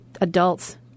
adults